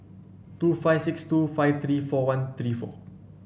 two five six two five three four one three four